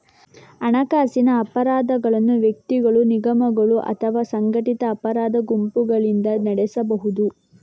ಹಣಕಾಸಿನ ಅಪರಾಧಗಳನ್ನು ವ್ಯಕ್ತಿಗಳು, ನಿಗಮಗಳು ಅಥವಾ ಸಂಘಟಿತ ಅಪರಾಧ ಗುಂಪುಗಳಿಂದ ನಡೆಸಬಹುದು